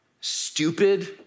stupid